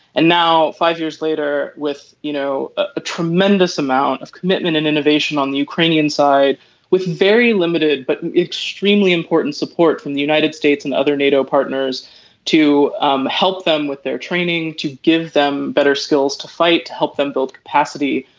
and now five years later with you know a tremendous amount of commitment and innovation on the ukrainian side with very limited but extremely important support from the united states and other nato partners to um help them with their training to give them better skills to fight. help them build capacity.